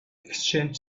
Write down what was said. exchanged